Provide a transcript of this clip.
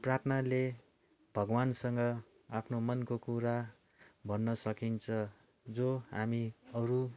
प्रार्थनाले भगवान्सँग आफ्नो मनको कुरा भन्न सकिन्छ जो हामी अरू